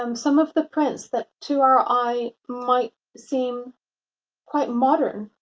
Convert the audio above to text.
um some of the prints that to our eye might seem quite modern